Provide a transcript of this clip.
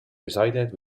resided